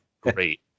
great